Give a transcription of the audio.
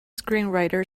screenwriter